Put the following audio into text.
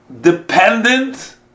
Dependent